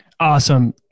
Awesome